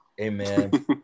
Amen